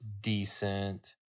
decent